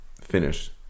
finish